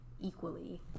equally